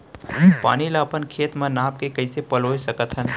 पानी ला अपन खेत म नाप के कइसे पलोय सकथन?